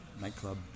nightclub